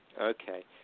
Okay